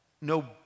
no